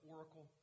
Oracle